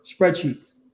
spreadsheets